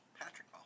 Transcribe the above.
Patrick